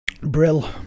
Brill